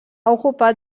ocupat